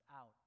out